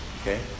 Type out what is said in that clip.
okay